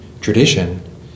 tradition